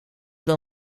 wel